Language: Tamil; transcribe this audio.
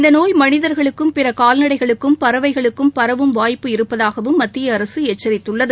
இந்த நோய் மனிதர்களுக்கும் பிற கால்நடைகளுக்கும் பறவைகளுக்கும் பரவும் வாய்ப்பு இருப்பதாகவும் மத்திய அரசு எச்சரித்துள்ளது